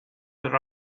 that